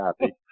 happy